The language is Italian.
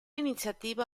iniziativa